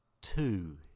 two